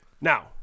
Now